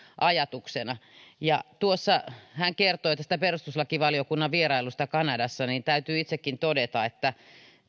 ajatuksena hän kertoi perustuslakivaliokunnan vierailusta kanadassa ja täytyy itsekin todeta että